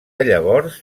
llavors